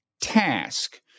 task